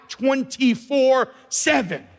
24-7